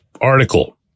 article